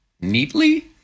Neatly